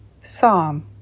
Psalm